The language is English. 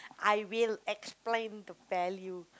I will explain the value